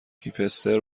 هیپستر